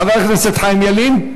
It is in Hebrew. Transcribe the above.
חבר הכנסת חיים ילין,